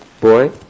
boy